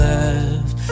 left